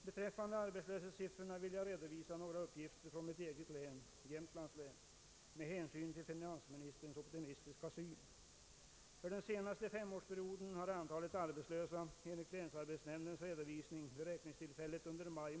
Beträffande arbetslöshetsiffrorna vill jag redovisa några uppgifter från mitt eget län, Jämtlands län, med hänsyn till finansminsterns optimistiska syn.